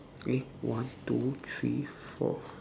eh one two three four